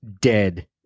dead